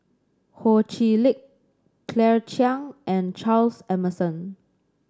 Ho Chee Lick Claire Chiang and Charles Emmerson